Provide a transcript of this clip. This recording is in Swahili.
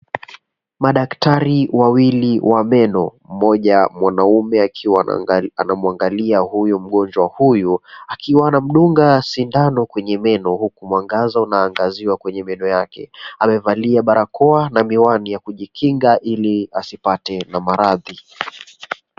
Madaktari wawili wadogo mmoja mwanaume akiwa anamwangalia huyu mgonjwa huyu akiwa anamdunga sindano kwenye meno huku mwangazo unaangaziwa kwenye meno yake. Amevalia barakoa na miwani ya kujikinga ili asipate na maradhi.